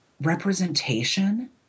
representation